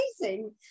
amazing